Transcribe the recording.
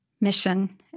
mission